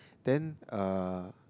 then uh